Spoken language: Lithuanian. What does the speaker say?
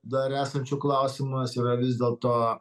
dar esančių klausimas yra vis dėlto